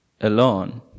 alone